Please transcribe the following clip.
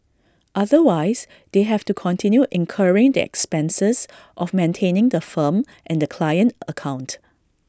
otherwise they have to continue incurring the expenses of maintaining the firm and the client account